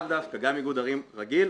גם איגוד ערים רגיל,